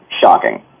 shocking